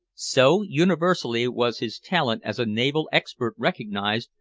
so universally was his talent as a naval expert recognized,